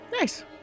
Nice